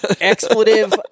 Expletive